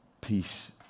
Peace